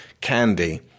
candy